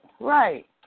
right